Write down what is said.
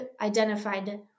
identified